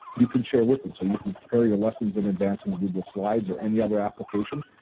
you can share with them. so you can prepare your lessons in advance on google slides or any other application.